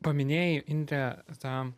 paminėjai indre tą